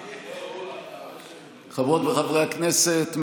חברות וחברי הכנסת,